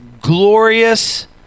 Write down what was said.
glorious